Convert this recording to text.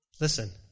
Listen